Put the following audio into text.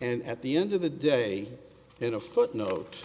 and at the end of the day in a footnote